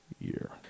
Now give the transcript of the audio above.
year